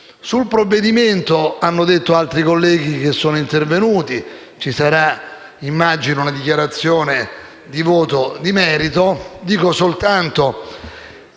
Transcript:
Sul provvedimento hanno parlato altri colleghi che sono intervenuti. Ci sarà, immagino, una dichiarazione di voto di merito